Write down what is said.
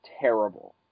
terrible